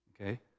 okay